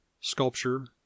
sculpture